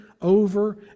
over